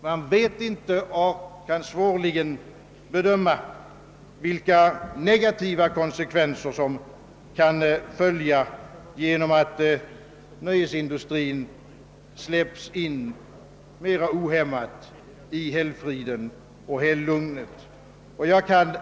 Man vet inte och kan svårligen bedöma vilka negativa konsekvenser som kan följa med att nöjesindustrin ohämmat släpps in i helgfriden och helglugnet. Herr talman!